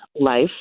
life